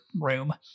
room